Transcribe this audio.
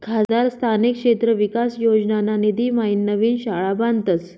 खासदार स्थानिक क्षेत्र विकास योजनाना निधीम्हाईन नवीन शाळा बांधतस